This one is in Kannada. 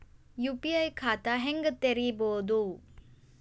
ಯು.ಪಿ.ಐ ಖಾತಾ ಹೆಂಗ್ ತೆರೇಬೋದು?